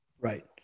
Right